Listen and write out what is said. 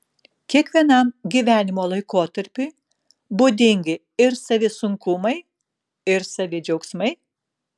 kiekvienam gyvenimo laikotarpiui būdingi ir savi sunkumai ir savi džiaugsmai